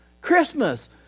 Christmas